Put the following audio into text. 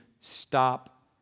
stop